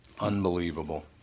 Unbelievable